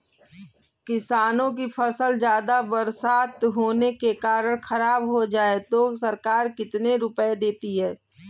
किसानों की फसल ज्यादा बरसात होने के कारण खराब हो जाए तो सरकार कितने रुपये देती है?